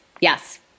yes